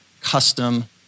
custom